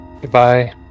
goodbye